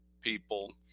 people